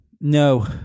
no